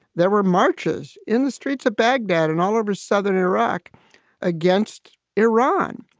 there were marches in the streets of baghdad and all over southern iraq against iran.